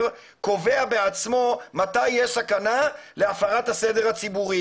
קובע בעצמו מתי יש סכנה להפרת הסדר הציבורי.